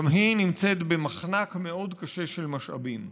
גם היא נמצאת במחנק מאוד קשה של משאבים,